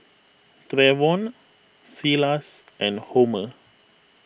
Treyvon Silas and Homer